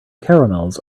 caramels